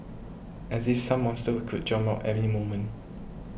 as if some monster could jump out moment